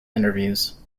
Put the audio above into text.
interviews